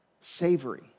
savory